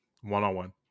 one-on-one